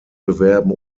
bewerben